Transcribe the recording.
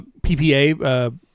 PPA